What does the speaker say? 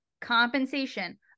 compensation